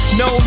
no